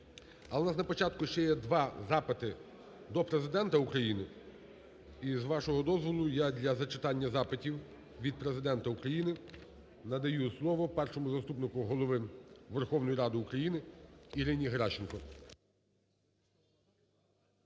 Але в нас на початку ще є два запити до Президента України і, з вашого дозволу, я для зачитання запитів від Президента України надаю слово Першому заступнику Голови Верховної Ради України Ірині Геращенко.